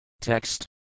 Text